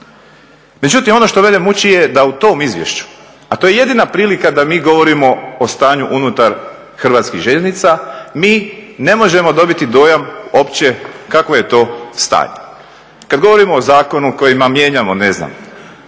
Međutim ono što mene muči je da u tom izvješću, a to je jedina prilika da mi govorimo o stanju unutar HŽ-a mi ne možemo dobiti dojam opće kakvo je to stanje. Kada govorimo o zakonu kojima mijenjamo ne znam